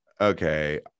okay